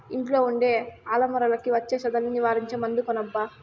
ఇంట్లో ఉండే అరమరలకి వచ్చే చెదల్ని నివారించే మందు కొనబ్బా